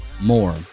more